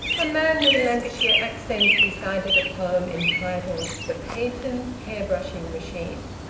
a man with a lancashire accent recited a poem entitled the patent hairbrushing machine,